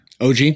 OG